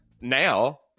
Now